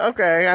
Okay